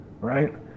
right